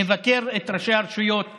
נבקר את ראשי הרשויות